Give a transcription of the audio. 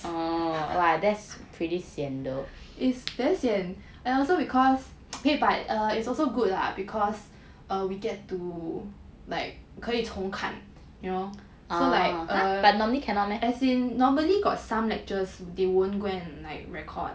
is damn sian and also because !hey! but it's also good lah because err we get to like 可以从看 you know so like as in normally got some lectures they won't go and like record